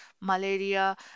malaria